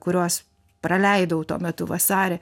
kuriuos praleidau tuo metu vasarį